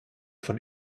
von